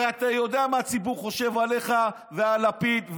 הרי אתה יודע מה הציבור חושב עליך ועל לפיד,